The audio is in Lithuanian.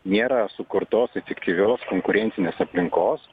nėra sukurtos efektyvios konkurencinės aplinkos